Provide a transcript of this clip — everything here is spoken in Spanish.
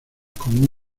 como